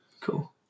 Cool